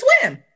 swim